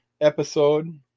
episode